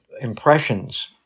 impressions